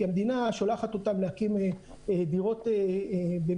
כי המדינה שולחת אותם להקים דירות במחירים